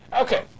Okay